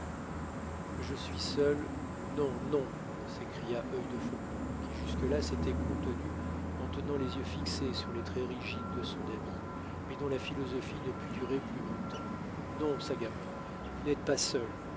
je suis seul non non s'écria œil de faucon qui jusque-là s'était contenu en tenant les yeux fixés sur les traits rigides de son ami mais dont la philosophie ne put durer plus longtemps non sagamore vous n'êtes pas seul